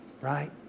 Right